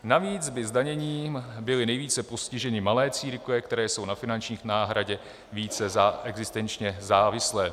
Navíc by zdaněním byly nejvíce postiženy malé církve, které jsou na finanční náhradě více existenčně závislé.